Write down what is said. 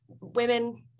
women